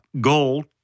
gold